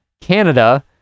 Canada